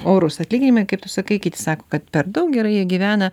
orūs atlyginimai kaip tu sakai kiti sako kad per daug gerai jie gyvena